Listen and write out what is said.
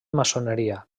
maçoneria